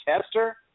tester